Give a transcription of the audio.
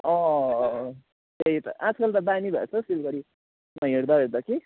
त्यही त आजकल त बानी भएछ हौ सिलगडीमा हिँड्दा हिँड्दा कि